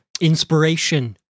Inspiration